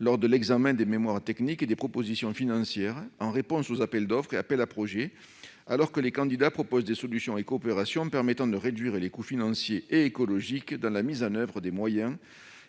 lors de l'examen des mémoires techniques et des propositions financières en réponse aux appels d'offres et appels à projets, alors que les candidats proposent des solutions et coopérations permettant de réduire les coûts financiers et écologiques dans la mise en oeuvre des moyens